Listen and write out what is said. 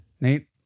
Nate